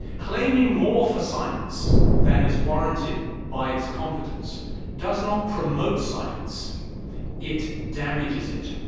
claiming more for science than is warranted by its competence does not promote science it damages it.